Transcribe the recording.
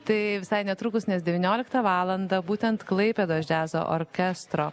tai visai netrukus nes devynioliktą valandą būtent klaipėdos džiazo orkestro